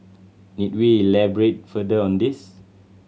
need we elaborate further on this